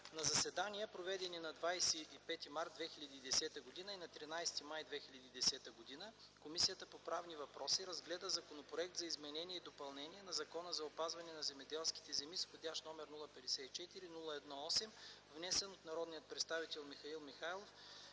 На заседания, проведени на 25 март 2010 г. и на 13 май 2010 г., Комисията по правни въпроси разгледа Законопроект за изменение и допълнение на Закона за опазване на земеделските земи, вх. № 054-01-8, внесен от Михаил Михайлов